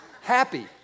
Happy